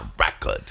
record